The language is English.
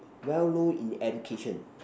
well known in education